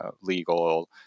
legal